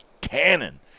cannon